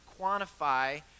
quantify